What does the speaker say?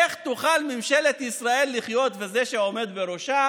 איך תוכל ממשלת ישראל וזה שעומד בראשה